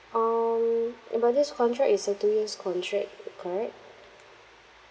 um but this contract is a two years contract correct